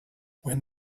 when